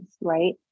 right